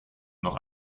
noch